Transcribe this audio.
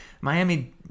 Miami